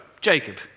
Jacob